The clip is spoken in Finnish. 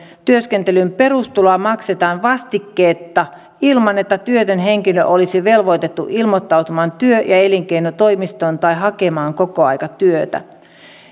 työskentelyyn perustuloa maksetaan vastikkeetta ilman että työtön henkilö olisi velvoitettu ilmoittautumaan työ ja elinkeinotoimistoon tai hakemaan kokoaikatyötä